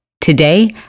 Today